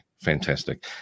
Fantastic